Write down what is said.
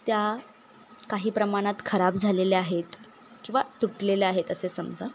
त्या काही प्रमाणात खराब झालेल्या आहेत किंवा तुटलेल्या आहेत असे समजा